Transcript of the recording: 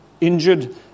injured